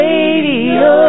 Radio